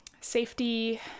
safety